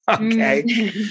Okay